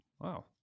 wow